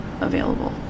available